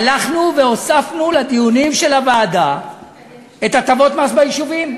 הלכנו והוספנו לדיונים של הוועדה את הטבות המס ביישובים.